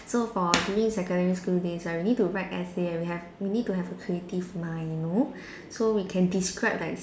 so for during secondary school days you need to write essay and we have we need to have a creative mind you know so we can describe like